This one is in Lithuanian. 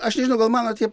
aš nežinau gal mano tie